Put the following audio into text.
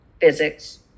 physics